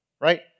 right